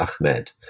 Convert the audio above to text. Ahmed